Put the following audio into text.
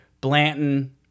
Blanton